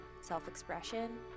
self-expression